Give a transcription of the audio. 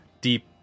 deep